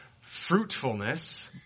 fruitfulness